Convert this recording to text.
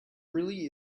really